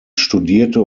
studierte